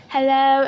Hello